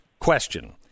question